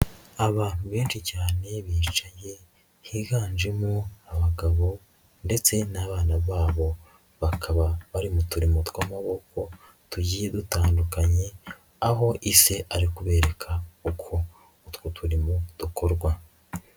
Abantu benshi cyane bicaye higanjemo abagabo ndetse n'abana babo, bakaba bari mu turimo tw'amaboko tugiye dutandukanye aho ise ari ukubereka uko utwo turimo dukorwa.